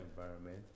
environment